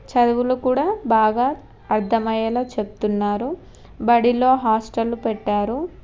చదువులు కూడా బాగా అర్థమయ్యేలా చెప్తున్నారు బడిలో హాస్టళ్ళు పెట్టారు